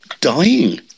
dying